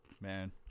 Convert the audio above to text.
Man